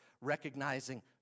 recognizing